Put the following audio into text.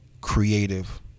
creative